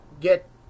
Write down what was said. get